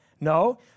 No